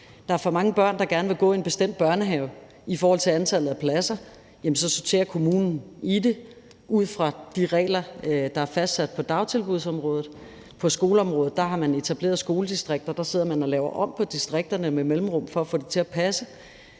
der er for mange børn, der gerne vil gå i en bestemt børnehave, i forhold til antallet af pladser, jamen så sorterer kommunen i det ud fra de regler, der er fastsat på dagtilbudsområdet. På skoleområdet har man etableret skoledistrikter. Der sidder man med mellemrum og laver om på distrikterne for at få det til at passe.